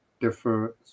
differ